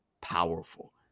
powerful